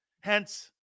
Hence